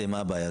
אז מה בעיה?